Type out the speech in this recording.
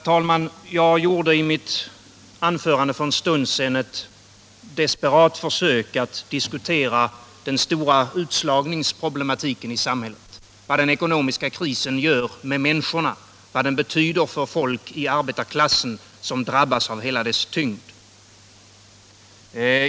Herr talman! I mitt anförande för en stund sedan gjorde jag ett desperat försök att diskutera den stora utslagningsproblematiken i samhället, vad den ekonomiska krisen gör med människorna och vad den betyder för folk i arbetarklassen som drabbas av hela dess tyngd.